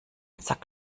sack